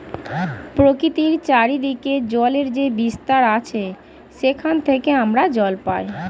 প্রকৃতির চারিদিকে জলের যে বিস্তার আছে সেখান থেকে আমরা জল পাই